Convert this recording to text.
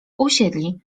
usiedli